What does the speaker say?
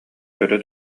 көрө